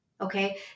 okay